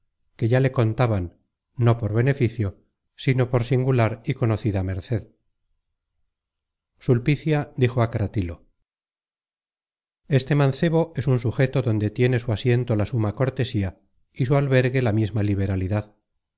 que ya le contaban no por beneficio sino por singular y conocida merced content from google book search generated at sulpicia dijo á cratilo este mancebo es un sugeto donde tiene su asiento la suma cortesía y su albergue la misma liberalidad